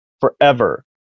forever